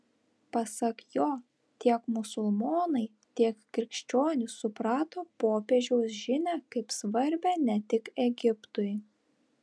pasak jo tiek musulmonai tiek krikščionys suprato popiežiaus žinią kaip svarbią ne tik egiptui